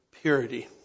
purity